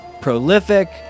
prolific